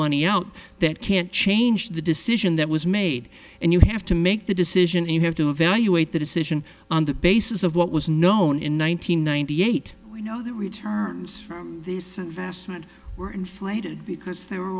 money out that can't change the decision that was made and you have to make the decision and you have to evaluate the decision on the basis of what was known in one nine hundred ninety eight you know the returns from this investment were inflated because they were